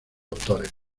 autores